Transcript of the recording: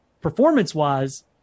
performance-wise